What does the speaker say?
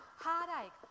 heartache